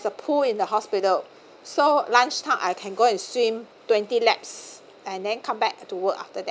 the pool in the hospital so lunch time I can go and swim twenty laps and then come back to work after that